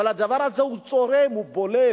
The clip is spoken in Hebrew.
אבל הדבר הזה הוא צורם, הוא בולט,